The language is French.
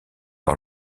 par